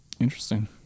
Interesting